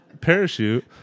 parachute